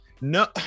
No